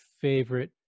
favorite